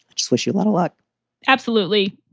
but just wish you a lot of luck absolutely.